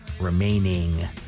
remaining